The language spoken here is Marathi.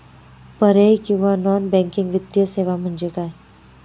पर्यायी किंवा नॉन बँकिंग वित्तीय सेवा म्हणजे काय?